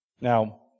Now